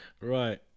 Right